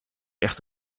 echt